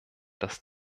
dass